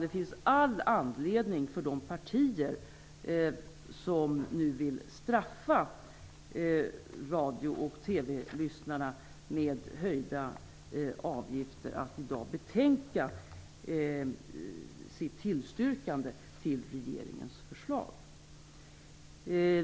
Det finns all anledning för de partier som nu vill straffa radiolyssnarna och TV-tittarna med höjda avgifter att i dag betänka sitt tillstyrkande till regeringens förslag.